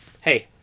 hey